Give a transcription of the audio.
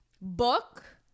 book